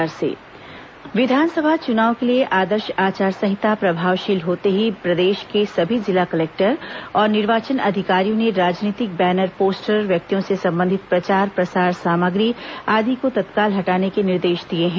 विस चुनाव banner poster विधानसभा चुनाव के लिए आदर्श आचार संहिता प्रभावशील होते ही प्रदेश के सभी जिला कलेक्टर और निर्वाचन अधिकारियों ने राजनीतिक बैनर पोस्टर व्यक्तियों से संबंधित प्रचार प्रसार सामग्री आदि को तत्काल हटाने के निर्देश दिए हैं